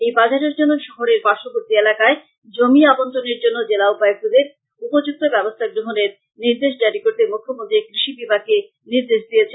এই বাজারের জন্য শহরের পার্শ্ববর্তি এলাকায় জমি আবন্টনের জন্য জেলা উপায়ুক্তদের উপযুক্ত ব্যবস্থা গ্রহনের নির্দেশ জারী করতে মূখ্যমন্ত্রী কৃষি বিভাগকে নির্দেশ দিয়েছেন